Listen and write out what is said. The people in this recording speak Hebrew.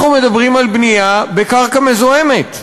אנחנו מדברים על בנייה בקרקע מזוהמת,